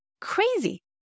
Crazy